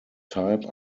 type